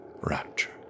rapture